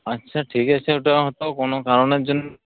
আচ্ছা ঠিক আছে ওটা হয়তো কোনো কারণের জন্য